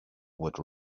would